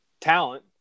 talent